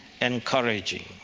encouraging